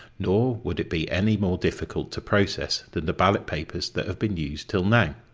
nor would it be any more difficult to process than the ballot papers that have been used till now.